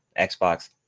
Xbox